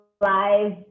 live